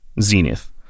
Zenith